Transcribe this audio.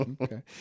Okay